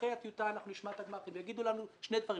אחרי הטיוטה אנחנו נשמע את הגמ"חים והם יגידו לנו שני דברים.